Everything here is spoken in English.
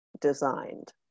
designed